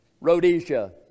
Rhodesia